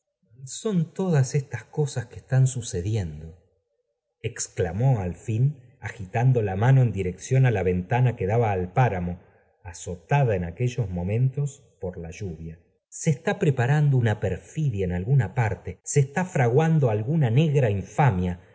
son todas estas cosas que estón sucediendo exclamó al fin agitando la mano en dirección á la ventana que daba al páramo azotada en aquellos momentos por la lluvia se está preparando una perfidia en alguna parte j se está fraguando alguna negra infamia